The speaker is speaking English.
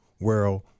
world